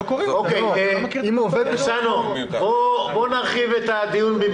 בואו נרחיב את הדיון.